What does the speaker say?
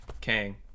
Kang